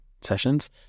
sessions